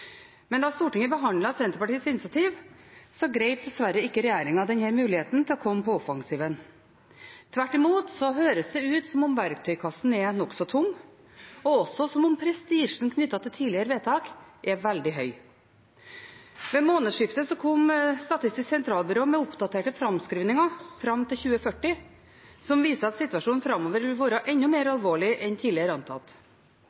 Da Stortinget behandlet Senterpartiets initiativ, grep dessverre ikke regjeringen denne muligheten til å komme på offensiven. Tvert imot høres det ut som om verktøykassen er nokså tom, og også som om prestisjen knyttet til tidligere vedtak er veldig høy. Ved månedsskiftet kom Statistisk sentralbyrå med oppdaterte framskrivninger fram til 2040 som viser at situasjonen framover vil være enda mer